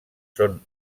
són